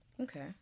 Okay